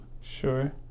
Sure